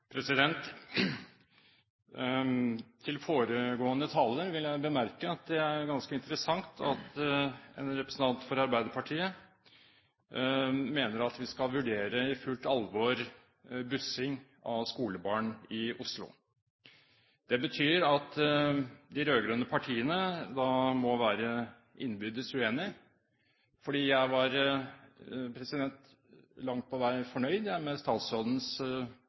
ganske interessant at en representant fra Arbeiderpartiet mener at vi i fullt alvor skal vurdere bussing av skolebarn i Oslo. Det betyr at de rød-grønne partiene må være innbyrdes uenige. Jeg var langt på vei fornøyd med statsrådens